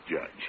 Judge